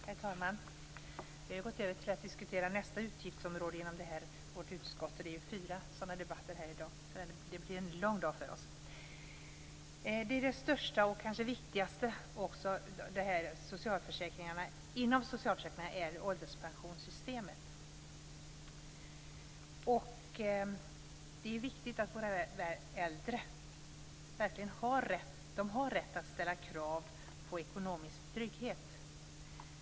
Herr talman! Vi har gått över till att diskutera nästa utgiftsområde inom vårt utskott. Det är fyra sådana debatter här i dag. Det blir en lång dag för oss. Det största och kanske viktigaste inom socialförsäkringarna är ålderspensionssystemet. Det är viktigt att våra äldre verkligen har rätt att ställa krav på ekonomisk trygghet.